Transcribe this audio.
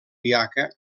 diaca